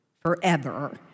forever